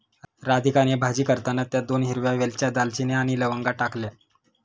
राधिकाने भाजी करताना त्यात दोन हिरव्या वेलच्या, दालचिनी आणि लवंगा टाकल्या